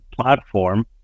platform